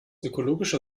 ökologischer